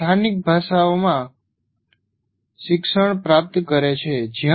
કેટલાક સ્થાનિક ભાષાઓમાં શિક્ષણ પ્રાપ્ત કરે છે